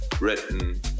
written